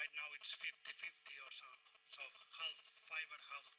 right now it's fifty fifty or so. so half fiber,